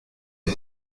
les